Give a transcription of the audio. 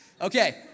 Okay